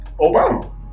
Obama